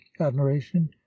admiration